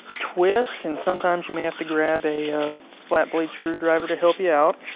twist, and sometimes you may have to grab a flat blade screwdriver to help you out.